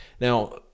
Now